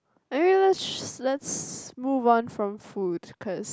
okay let's let's move on from food cause